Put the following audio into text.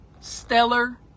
Stellar